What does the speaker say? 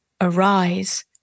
arise